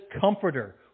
Comforter